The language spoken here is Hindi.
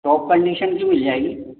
टॉप कंडीशन की मिल जाएगी